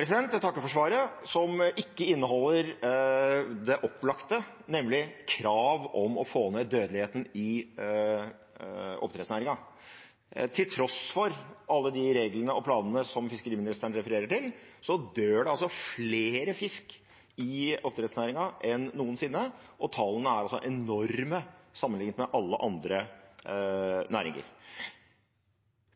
Jeg takker for svaret, som ikke inneholder det opplagte, nemlig krav om å få ned dødeligheten i oppdrettsnæringen. Til tross for alle de reglene og planene som fiskeriministeren referer til, dør det flere fisk i oppdrettsnæringen enn noen sinne. Tallene er enorme sammenliknet med alle andre næringer.